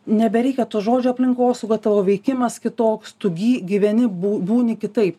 nebereikia to žodžio aplinkosauga tavo veikimas kitoks tu gy gyveni bū būni kitaip